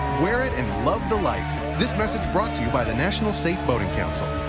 wear it and love the life. this message brought to you by the national safe boating council.